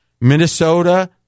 Minnesota